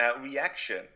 reaction